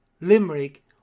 Limerick